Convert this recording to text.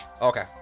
Okay